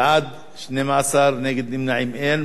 בעד, 12, נגד ונמנעים, אין.